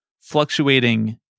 fluctuating